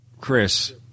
Chris